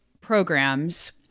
programs